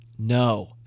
No